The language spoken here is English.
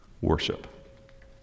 Worship